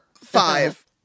five